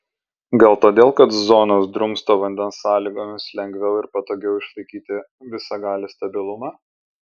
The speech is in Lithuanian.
gal todėl kad zonos drumsto vandens sąlygomis lengviau ir patogiau išlaikyti visagalį stabilumą